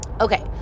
Okay